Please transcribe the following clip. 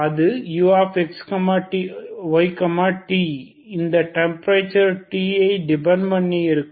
ஆகவே steady state என்ன அது uxyt அந்த டெம்பரேச்சர் t ஐ டிபன்ட் பண்ணி இருக்கும்